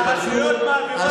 על חשבון מי?